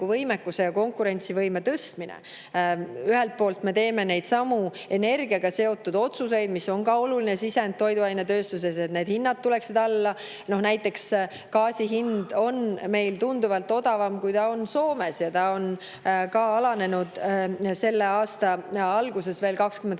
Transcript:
võimekuse ja konkurentsivõime tõstmine. Ühelt poolt me teeme energiaga seotud otsuseid, mis on ka oluline sisend toiduainetööstuses, et hinnad tuleksid alla. Näiteks gaasi hind on meil tunduvalt odavam, kui see on Soomes, ja see alanes selle aasta alguses veel